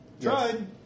Tried